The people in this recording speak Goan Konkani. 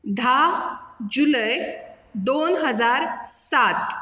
धा जुलय दोन हजार सात